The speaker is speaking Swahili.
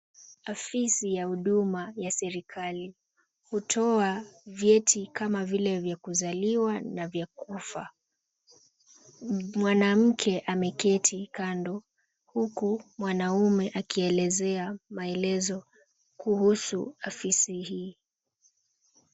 Afisi ya huduma ya serikali. Hutoa vyeti kama vile vya kuzaliwa na vya kufa. Mwanamke ameketi kando huku mwanaume akielezea maelezo kuhusu afisi hii.